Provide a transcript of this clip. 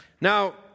Now